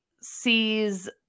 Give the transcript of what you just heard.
sees